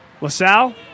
LaSalle